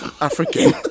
African